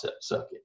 circuit